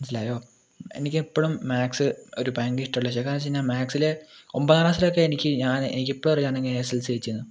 മനസ്സിലായോ എനിക്കെപ്പോഴും മാത്സ് ഒരു ഭയങ്കര ഇഷ്ടമുള്ള കാരണം എന്താന്ന് വെച്ച് കഴിഞ്ഞാൽ മാത്സിലെ ഒമ്പതാം ക്ലാസ്സിലെക്കെ എനിക്ക് ഞാൻ എനിക്കിപ്പറിയാന്നെങ്കിൽ ഞാൻ എസ് എസ് ൽ സി ജയിച്ചതെന്ന്